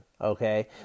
okay